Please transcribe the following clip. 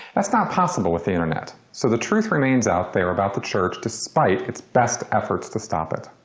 that's not possible with the internet. so the truth remains out there about the church despite its best efforts to stop it.